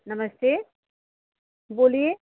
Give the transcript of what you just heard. नमस्ते बोलिये